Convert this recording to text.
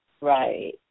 Right